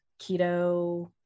Keto